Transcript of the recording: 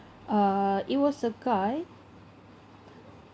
uh it was a guy